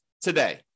today